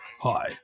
hi